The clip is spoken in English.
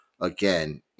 again